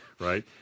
Right